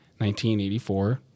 1984